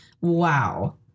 wow